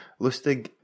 Lustig